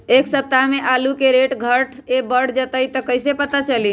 एक सप्ताह मे आलू के रेट घट ये बढ़ जतई त कईसे पता चली?